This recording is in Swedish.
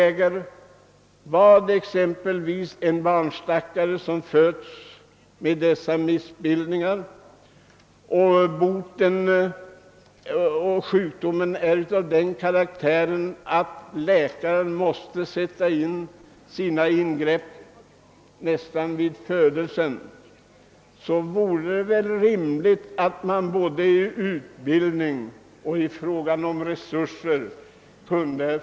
På en del barn som föds med missbildningar måste ingrepp göras omedelbart efter födelsen. Herr talman!